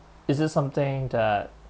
is this something that